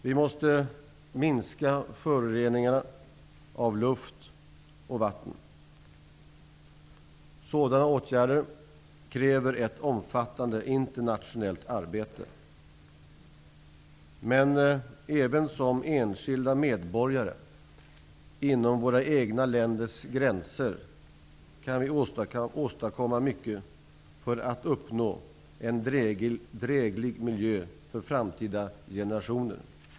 Vi måste minska föroreningen av luft och vatten. Sådana åtgärder kräver ett omfattande internationellt arbete. Men även som enskilda medborgare, inom våra egna länders gränser, kan vi åstadkomma mycket för att uppnå en dräglig miljö för framtida generationer.